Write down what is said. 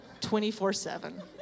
24-7